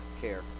care